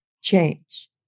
change